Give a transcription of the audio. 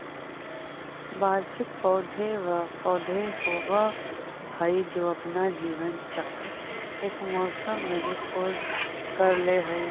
वार्षिक पौधे व पौधे होवअ हाई जो अपना जीवन चक्र एक मौसम में ही पूर्ण कर ले हई